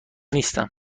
نیستم